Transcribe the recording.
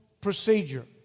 procedure